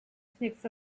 snakes